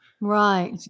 Right